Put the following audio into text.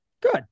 good